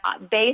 based